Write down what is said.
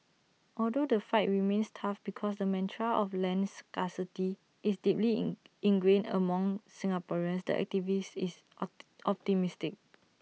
although the fight remains tough because the mantra of land scarcity is deeply in ingrained among Singaporeans the activist is optimistic